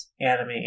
anime